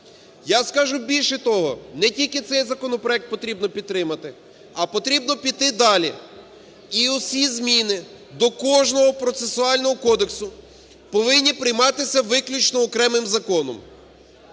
Я скажу більше того, не тільки цей законопроект потрібно підтримати, а потрібно піти далі і всі зміни до кожного процесуального кодексу повинні прийматися виключно окремим законом.